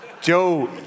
Joe